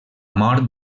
mort